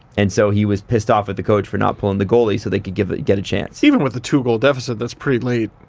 and so he was pissed off at the coach for not pulling the goalie so they could get get a chance. even with a two goal deficit that's pretty late.